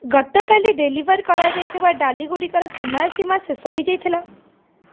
ଗତକାଲି ଡେଲିଭର୍ କରାଯାଇଥିବା ଡାଲିଗୁଡ଼ିକର ସମୟ ସୀମା ଶେଷ ହୋଇଯାଇଥିଲା